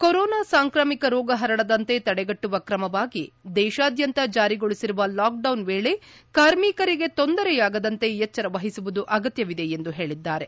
corona ಸಾಂಕ್ರಾಮಿಕ ರೋಗ ಹರಡದಂತೆ ತಡೆಗಟ್ಟುವ ಕ್ರಮವಾಗಿ ದೇಶಾದ್ವಂತ ಜಾರಿಗೊಳಿಸಿರುವ ಲಾಕ್ಡೌನ್ ವೇಳೆ ಕಾರ್ಮಿಕರಿಗೆ ತೊಂದರೆಯಾಗದಂತೆ ಎಚ್ಚರ ವಹಿಸುವುದು ಅಗತ್ಲವಿದೆ ಎಂದು ಹೇಳಿದ್ದಾರೆ